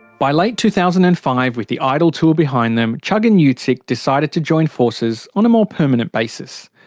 by late two thousand and five, with the idol tour behind them. chugg and yeah utsick decided to join forces on a more permanent basis.